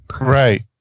Right